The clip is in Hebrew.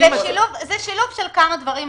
זה שילוב של כמה דברים.